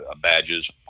badges